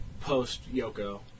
post-Yoko